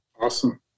Awesome